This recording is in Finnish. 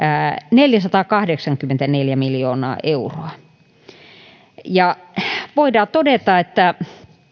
neljäsataakahdeksankymmentäneljä miljoonaa euroa voidaan todeta että